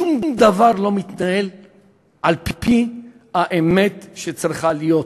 שום דבר לא מתנהל על-פי האמת שצריכה להיות,